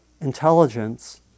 intelligence